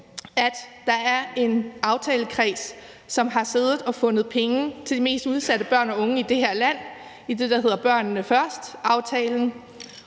at der er en aftalekreds, som har siddet og fundet penge til de mest udsatte børn og unge i det her land i den aftale, der hedder »Børnene Først«. Af helt